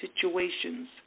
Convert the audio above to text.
situations